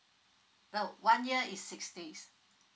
no one year is six days